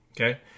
okay